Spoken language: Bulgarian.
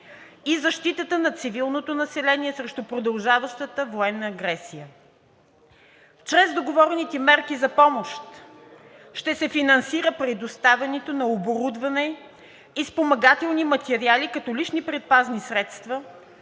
и защитата на цивилното население срещу продължаващата военна агресия. Чрез договорените мерки за помощ ще се финансира предоставянето на оборудване и спомагателни материали, като лични предпазни средства,